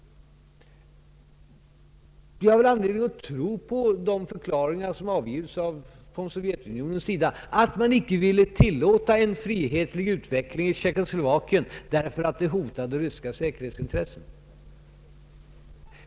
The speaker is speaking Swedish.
Vi har anledning att tro på de förklaringar som avgivits från Sovjetunionens sida att man icke ville tillåta en friare utveckling i Tjeckoslovakien därför att detta hotade ryska säkerhetsintressen.